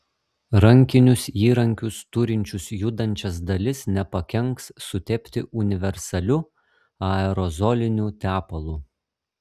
rankinius įrankius turinčius judančias dalis nepakenks sutepti universaliu aerozoliniu tepalu